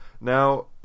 Now